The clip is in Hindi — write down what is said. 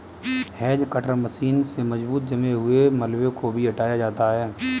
हेज कटर मशीन से मजबूत जमे हुए मलबे को भी हटाया जाता है